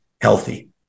healthy